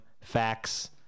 facts